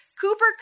Cooper